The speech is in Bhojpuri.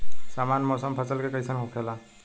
सामान्य मौसम फसल के लिए कईसन होखेला?